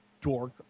Dork